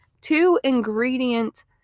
two-ingredient